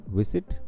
visit